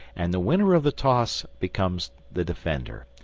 and the winner of the toss becomes the defender.